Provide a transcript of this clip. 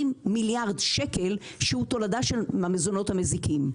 מיליארד שקלים שהוא תולדה של המזונות המזיקים.